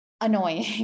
annoying